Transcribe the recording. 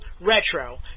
Retro